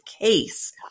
case